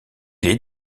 est